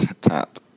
tap